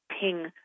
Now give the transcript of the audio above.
ping